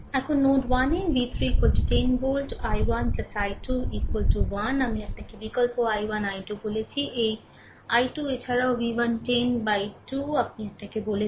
এখন নোড 1 এ v 3 10 volt i1 i2 1 আমি আপনাকে বিকল্প i1 i2 বলেছি এই i2 এছাড়াওv1 10 বাই 2 আমি আপনাকে বলেছি